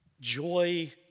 Joy